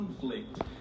conflict